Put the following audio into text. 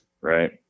right